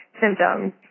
symptoms